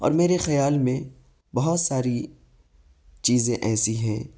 اور میرے خیال میں بہت ساری چیزیں ایسی ہیں